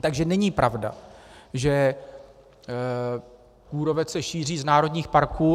Takže není pravda, že kůrovec se šíří z národních parků.